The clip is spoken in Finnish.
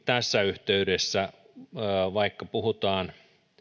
tässä yhteydessä tietysti puhutaan